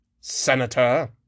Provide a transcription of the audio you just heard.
Senator